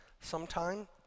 sometime